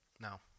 Now